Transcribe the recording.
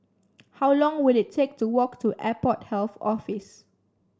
how long will it take to walk to Airport Health Office